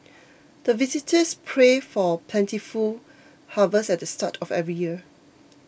the villagers pray for plentiful harvest at the start of every year